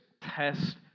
test